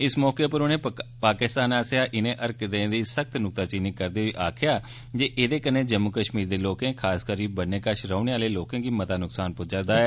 इस मौके पर उनें पाकिस्तान दी इनें हरकतें दी सख्त नुक्ताचीनी करदे होई आखेआ जे एह्दे कन्नै जम्मू कष्मीर दे लोकें खासकरियै बन्ने कष रौहने आह्ले लोकें गी मता नुक्सान पुज्जा'रदा ऐ